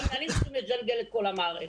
והמנהלים צריכים לג'נגל את כל המערכת.